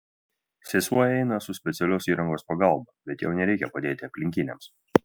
sesuo eina su specialios įrangos pagalba bet jau nereikia padėti aplinkiniams